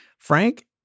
Frank